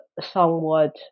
somewhat